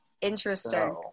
interesting